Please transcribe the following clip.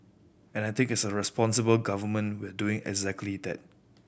and I take as a responsible government we're doing exactly that